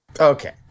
Okay